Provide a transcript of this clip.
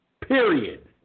Period